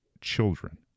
children